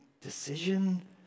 decision